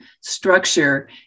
structure